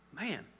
man